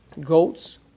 goats